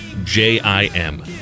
J-I-M